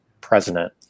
president